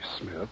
Smith